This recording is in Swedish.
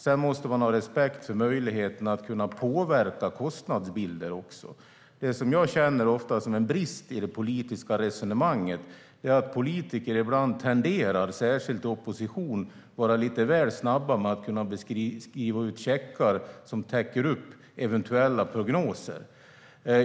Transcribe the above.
Man måste också ha respekt för möjligheten att påverka kostnadsbilder. Jag känner ofta att det är en brist i det politiska resonemanget att politiker, särskilt i opposition, ibland tenderar att vara lite väl snabba med att skriva ut checkar som täcker upp eventuella prognoser.